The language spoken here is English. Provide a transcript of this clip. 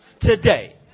today